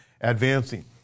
advancing